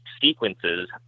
sequences